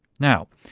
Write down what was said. now,